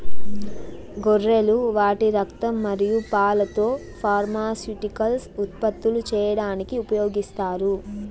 గొర్రెలు వాటి రక్తం మరియు పాలతో ఫార్మాస్యూటికల్స్ ఉత్పత్తులు చేయడానికి ఉపయోగిస్తారు